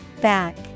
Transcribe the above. Back